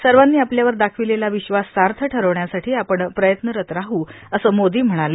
सर्वांनी आपल्यावर दाखविलेला विश्वास सार्थ ठरवण्यासाठी आपण प्रयत्नरत राहू असं मोदी म्हणाले